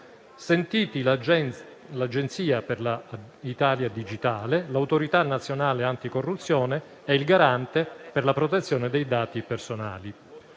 sentiti l'Agenzia per l'Italia digitale, l'Autorità nazionale anticorruzione e il Garante per la protezione dei dati personali.